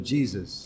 Jesus